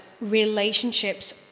relationships